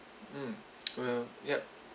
mm well ya